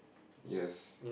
yes